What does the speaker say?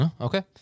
Okay